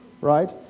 right